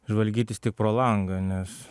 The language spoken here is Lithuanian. žvalgytis tik pro langą nes